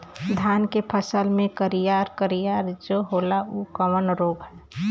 धान के फसल मे करिया करिया जो होला ऊ कवन रोग ह?